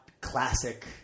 classic